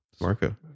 marco